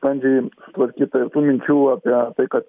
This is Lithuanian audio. sklandžiai tvarkytair tų minčių apie tai kad